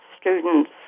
students